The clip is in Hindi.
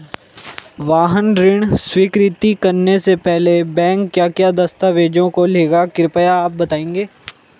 वाहन ऋण स्वीकृति करने से पहले बैंक क्या क्या दस्तावेज़ों को लेगा कृपया आप बताएँगे?